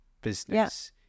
business